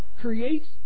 creates